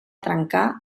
trencar